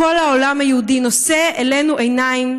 כל העולם היהודי נושא אלינו עיניים,